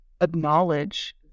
acknowledge